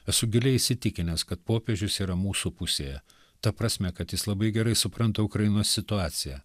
esu giliai įsitikinęs kad popiežius yra mūsų pusėje ta prasme kad jis labai gerai supranta ukrainos situaciją